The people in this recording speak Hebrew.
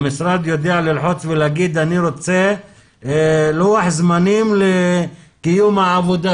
המשרד יודע ללחוץ ולהגיד: אני רוצה לוח זמנים לקיום העבודה,